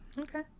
Okay